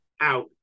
out